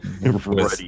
ready